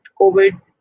COVID